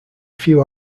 few